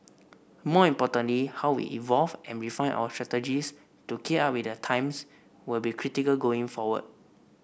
more importantly how we evolve and refine our strategies to keep up with the times will be critical going forward